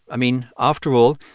i mean, after all,